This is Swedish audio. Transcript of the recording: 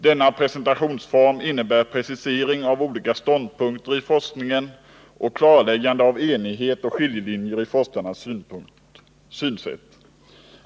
Denna presentationsform innebär precisering av olika ståndpunkter i forskningen och klarläggande av enighet och skiljelinjer i forskarnas synsätt.